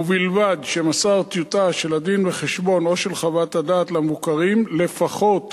ובלבד שמסר טיוטה של הדין-וחשבון או של חוות הדעת למבוקרים לפחות